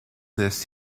this